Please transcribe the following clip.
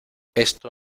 esto